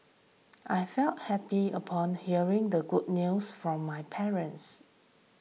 I felt happy upon hearing the good news from my parents